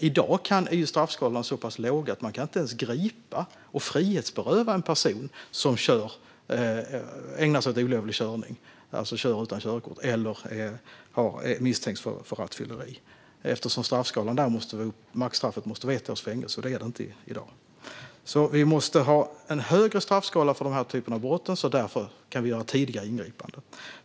I dag är straffskalorna så pass låga att man inte ens kan gripa och frihetsberöva en person som ägnar sig åt olovlig körning, alltså kör utan körkort eller misstänks för rattfylleri. Maxstraffet måste då vara ett års fängelse, och det är det inte i dag. Vi måste alltså ha en högre straffskala för den här typen av brott så att vi kan göra tidiga ingripanden.